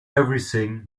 everything